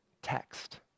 text